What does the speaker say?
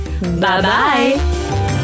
Bye-bye